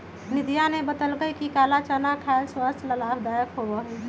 निधिया ने बतल कई कि काला चना खाना स्वास्थ्य ला लाभदायक होबा हई